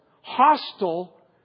hostile